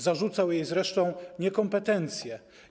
Zarzucał jej zresztą niekompetencję.